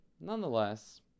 nonetheless